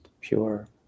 pure